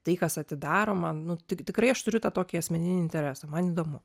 tai kas atidaroma nu tik tikrai aš turiu tą tokį asmeninį interesą man įdomu